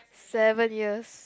seven years